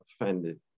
offended